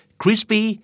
crispy